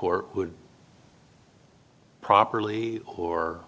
would properly or